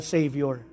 Savior